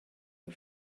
her